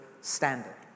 standard